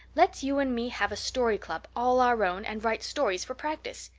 let you and me have a story club all our own and write stories for practice.